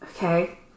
Okay